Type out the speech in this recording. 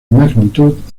magnitud